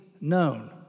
known